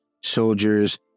soldiers